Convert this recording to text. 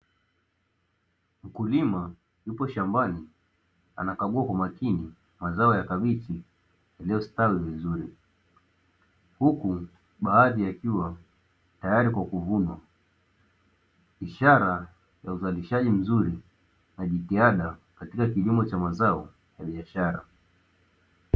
Mkulima yupo shambani anakagua kwa makini mazao ya kabichi iliyostawi vizuri, huku baadhi yakiwa tayari kwa kuvunwa ishara ya uzarishaji mzuri na jitihada katika kilimo cha mazao ya biashara.